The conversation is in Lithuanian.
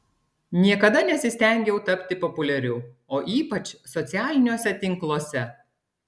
niekada nesistengiau tapti populiariu o ypač socialiniuose tinkluose